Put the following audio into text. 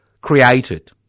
created